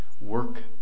work